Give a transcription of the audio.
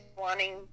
wanting